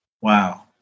wow